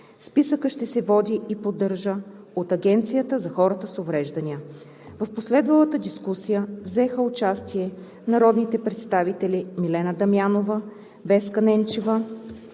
Списъкът ще се води и поддържа от Агенцията за хората с увреждания. В последвалата дискусия взеха участие народните представители Милена Дамянова, Веска Ненчева,